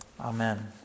Amen